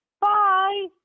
Bye